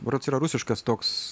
berods yra rusiškas toks